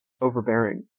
overbearing